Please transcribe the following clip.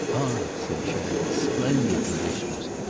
ah, said chad, splendid conditions!